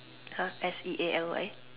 !huh! S E A L Y